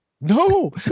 No